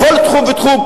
בכל תחום ותחום,